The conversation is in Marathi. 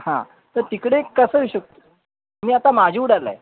हां तर तिकडे कसं यु शक मी आता माझिवड्याला आहे